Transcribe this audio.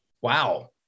wow